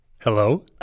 Hello